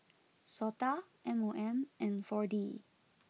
Sota M O M and four D